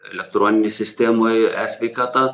elektroninėj sistemoj e sveikata